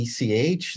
ECH